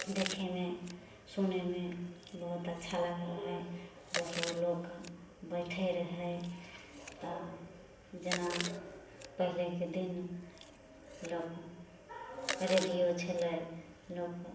देखयमे सुनयमे बहुत अच्छा लागै रहै दसगो लोक बैठै रहै तऽ जेना पहिलेके दिन लोकके रेडियो छलै लोकके